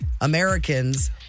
Americans